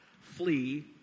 flee